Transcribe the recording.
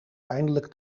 eindelijk